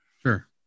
Sure